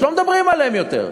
לא מדברים עליהם יותר.